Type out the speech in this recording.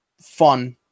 fun